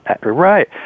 right